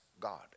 God